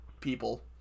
people